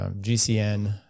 GCN